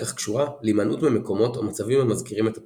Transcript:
הסיבה לכך קשורה להימנעות ממקומות או מצבים המזכירים את הטראומה,